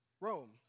Rome